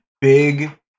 big